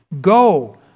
Go